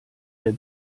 der